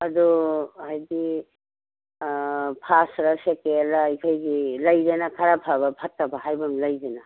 ꯑꯗꯣ ꯍꯥꯏꯗꯤ ꯐꯥꯁꯂ ꯁꯦꯀꯦꯟꯂ ꯑꯩꯈꯣꯏꯒꯤ ꯂꯩꯗꯅ ꯈꯔ ꯐꯕ ꯐꯠꯇꯕ ꯍꯥꯏꯕ ꯂꯩꯗꯅ